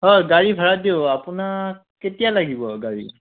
হয় গাড়ী ভাড়াত দিওঁ আপোনাক কেতিয়া লাগিব গাড়ী